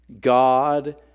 God